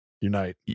unite